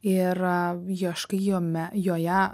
ir ieškai jome joje